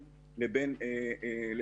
אני